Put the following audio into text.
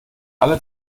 alle